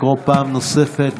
בבקשה לקרוא פעם נוספת,